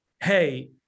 Hey